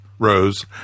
Rose